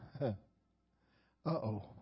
Uh-oh